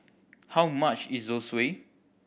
how much is Zosui